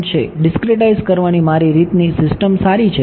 discretise કરવાની મારી રીતની સિસ્ટમ સારી છે